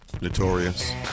Notorious